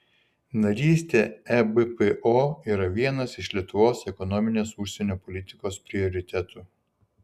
narystė ebpo yra vienas iš lietuvos ekonominės užsienio politikos prioritetų